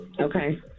Okay